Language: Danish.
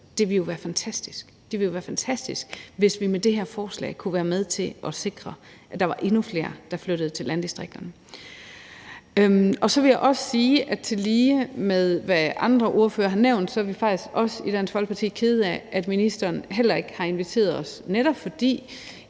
Det ville jo være fantastisk, hvis vi med det her forslag kunne være med til at sikre, at der var endnu flere, der flyttede til landdistrikterne. Jeg vil også sige, at vi i Dansk Folkeparti, ligesom andre ordførere har nævnt, faktisk også er kede af, at ministeren heller ikke har inviteret os, netop fordi